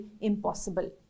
impossible